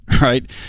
right